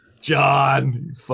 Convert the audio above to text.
John